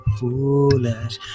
foolish